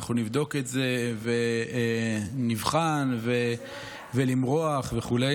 אנחנו נבדוק את זה ונבחן ולמרוח וכו'.